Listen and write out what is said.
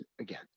again